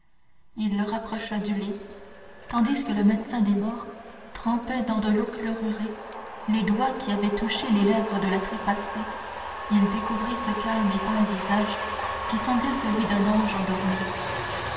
il le rapprocha du lit et tandis que le médecin des morts trempait dans de l'eau chlorurée les doigts qui avaient touché les lèvres de la trépassée il découvrit ce calme et pâle visage qui semblait celui d'un ange endormi